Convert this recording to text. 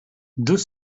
deux